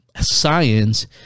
science